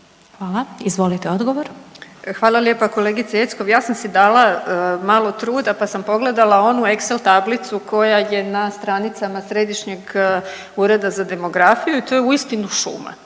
(Hrvatski suverenisti)** Hvala lijepo kolegice Jeckov. Ja sam si dala malo truda pa sam pogledala onu excel tablicu koja je na stranicama Središnjeg ureda za demografiju i to je uistinu šuma.